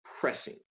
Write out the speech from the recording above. pressing